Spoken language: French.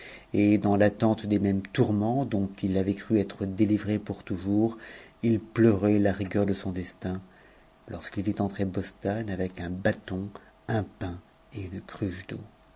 et dans l'attente des mêmes tourments dont il avait cru être délivré pour toujours il pleurait la rigueur de son destin lorsqu'il vit entrer bostane avec un bâton un pain et une cruche d'eau